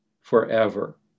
forever